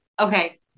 Okay